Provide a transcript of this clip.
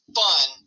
fun